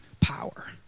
Power